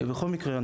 ובכל מקרה,